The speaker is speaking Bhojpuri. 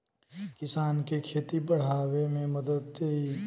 किसानन के खेती बड़ावे मे मदद देई